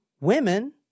women